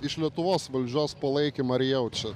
iš lietuvos valdžios palaikymą ar jaučia